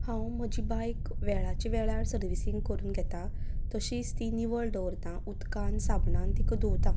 हांव म्हजी बायक वेळाचे वेळार सर्विसिंग करून घेता तशींच ती निवळ दवरतां उदकान साबणान तिका धुवतां